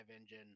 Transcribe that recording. engine